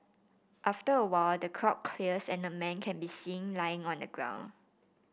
after a while the crowd clears and a man can be seen lying on the ground